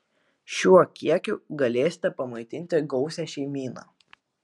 šiuo kiekiu galėsite pamaitinti gausią šeimyną